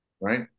right